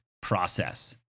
process